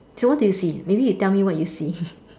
so what did you see maybe you tell me what you see